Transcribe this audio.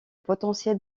potentiel